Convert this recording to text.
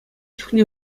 чухне